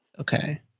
Okay